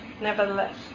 nevertheless